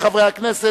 הוועדה,